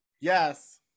Yes